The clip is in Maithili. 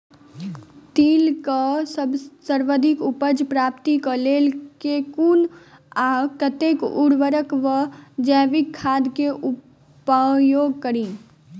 तिल केँ सर्वाधिक उपज प्राप्ति केँ लेल केँ कुन आ कतेक उर्वरक वा जैविक खाद केँ उपयोग करि?